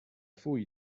faut